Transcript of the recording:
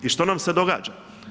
I što nam se događa?